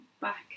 back